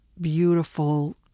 beautiful